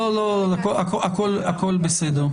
לא, הכול בסדר.